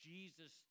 Jesus